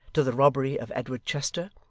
to the robbery of edward chester,